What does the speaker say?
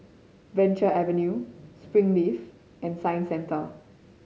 Venture Avenue Springleaf and Science Centre